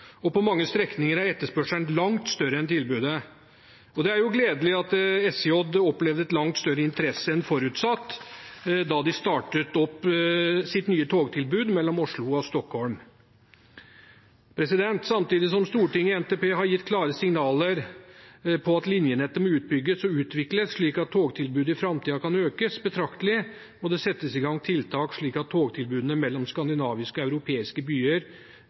og på mange strekninger er etterspørselen langt større enn tilbudet. Det er gledelig at SJ opplevde langt større interesse enn forutsatt da de startet opp sitt nye togtilbud mellom Oslo og Stockholm. Samtidig som Stortinget i NTP-en har gitt klare signaler om at linjenettet må utbygges og utvikles, slik at togtilbudet i framtiden kan økes betraktelig, må det settes i gang tiltak, slik at togtilbudene mellom skandinaviske og europeiske byer